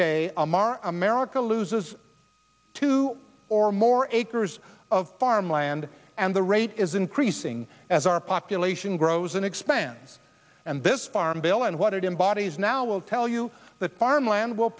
day m r america loses two or more acres of farmland and the rate is increasing as our population grows and expands and this farm bill and what it in bodies now will tell you that farmland will